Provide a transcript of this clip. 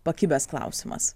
pakibęs klausimas